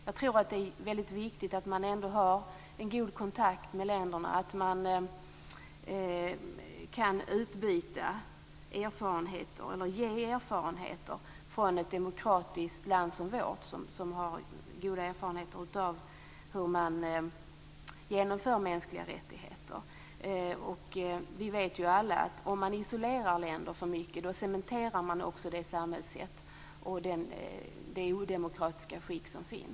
Jag tror att det är viktigt att man har en god kontakt med länderna i fråga och kan ge dem erfarenheter från ett demokratiskt land som vårt, som har goda erfarenheter av hur man genomför mänskliga rättigheter. Vi vet alla att om man isolerar länder för mycket, cementerar man också deras samhällsförhållanden och deras odemokratiska styresskick.